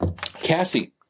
Cassie